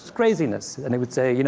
craziness. and they would say, you know